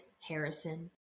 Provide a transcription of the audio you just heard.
Harrison